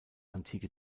antike